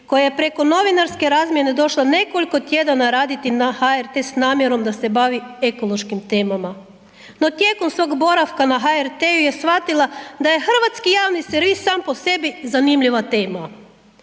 koja je preko novinarske razmjene došla nekoliko tjedana raditi na HRT s namjerom da se bavi ekološkim temama. No, tijekom svog boravka na HRT-u je shvatila da je hrvatski javni servis sam po sebi zanimljiva tema,